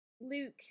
Luke